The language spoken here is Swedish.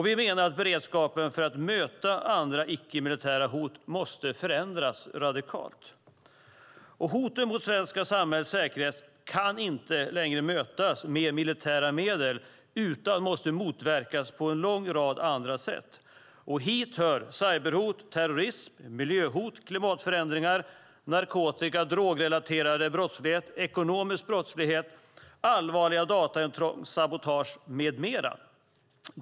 Vi menar att beredskapen för att möta andra icke-militära hot måste förändras radikalt. Hoten mot det svenska samhällets säkerhet kan inte längre mötas med militära medel utan måste motverkas på en lång rad andra sätt. Hit hör cyberhot, terrorism, miljöhot, klimatförändringar, narkotika och drogrelaterad brottslighet, ekonomisk brottslighet, allvarligare dataintrång, sabotage med mera.